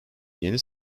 yeni